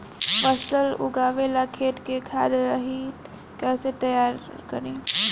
फसल उगवे ला खेत के खाद रहित कैसे तैयार करी?